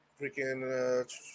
freaking